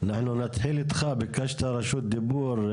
אנחנו נתחיל ממך, ביקשת רשות דיבור.